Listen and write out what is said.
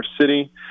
city